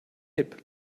hip